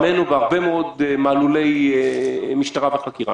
בהרבה מאוד מעללי משטרה וחקירה.